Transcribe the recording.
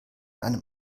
einem